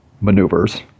maneuvers